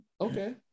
Okay